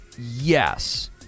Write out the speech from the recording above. Yes